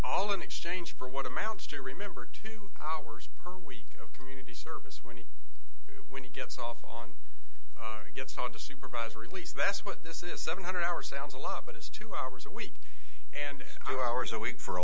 all in exchange for what amounts to remember two hours per week of community service when he when he gets off on gets told to supervise release that's what this is seven hundred hours sounds a lot but it's two hours a week and hours a week for a